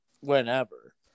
whenever